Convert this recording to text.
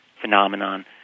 phenomenon